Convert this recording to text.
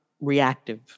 reactive